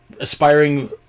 Aspiring